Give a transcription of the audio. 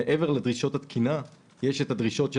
מעבר לדרישות התקינה יש את הדרישות של